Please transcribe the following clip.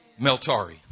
Meltari